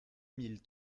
mille